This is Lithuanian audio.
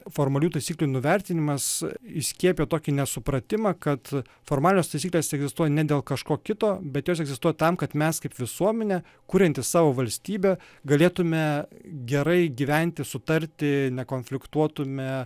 formalių taisyklių nuvertinimas įskiepijo tokį nesupratimą kad formalios taisyklės egzistuoja ne dėl kažko kito bet jos egzistuoti tam kad mes kaip visuomenė kurianti savo valstybę galėtume gerai gyventi sutarti ne konfliktuotume